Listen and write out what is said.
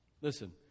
Listen